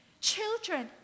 Children